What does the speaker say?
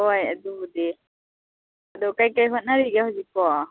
ꯍꯣꯏ ꯑꯗꯨꯕꯨꯗꯤ ꯑꯗꯣ ꯀꯩꯀꯩ ꯍꯣꯠꯅꯔꯤꯒꯦ ꯍꯧꯖꯤꯛꯄꯣ